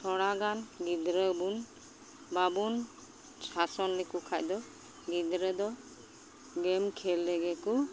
ᱛᱷᱚᱲᱟᱜᱟᱱ ᱜᱤᱫᱽᱨᱟᱹ ᱵᱚᱱ ᱵᱟᱵᱚᱱ ᱥᱟᱥᱚᱱ ᱞᱮᱠᱚ ᱠᱷᱟᱡᱫᱚ ᱜᱤᱫᱽᱨᱟᱹ ᱫᱚ ᱜᱮᱢ ᱠᱷᱮᱞ ᱨᱮᱜᱮ ᱠᱚ